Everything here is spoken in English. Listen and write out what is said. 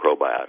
probiotics